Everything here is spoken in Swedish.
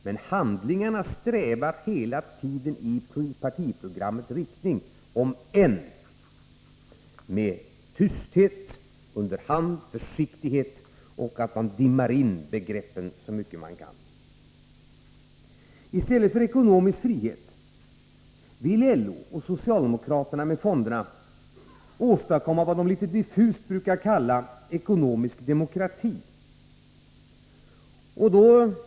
Men i handling strävar man hela tiden i partiprogrammets riktning, om än i tysthet, under hand, med försiktighet och bakom dimridåer. I stället för ekonomisk frihet vill LO och socialdemokraterna med fonderna åstadkomma vad de litet diffust brukar kalla ”ekonomisk demokrati”.